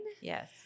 Yes